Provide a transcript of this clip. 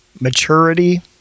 maturity